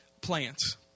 plants